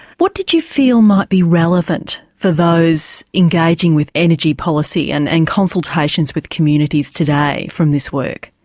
what did you feel might be relevant for those engaging with energy policy and and consultation with communities today from this work?